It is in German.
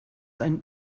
einen